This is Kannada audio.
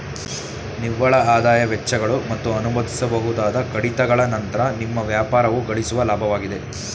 ನಿವ್ವಳಆದಾಯ ವೆಚ್ಚಗಳು ಮತ್ತು ಅನುಮತಿಸಬಹುದಾದ ಕಡಿತಗಳ ನಂತ್ರ ನಿಮ್ಮ ವ್ಯಾಪಾರವು ಗಳಿಸುವ ಲಾಭವಾಗಿದೆ